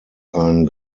ein